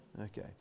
Okay